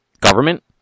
government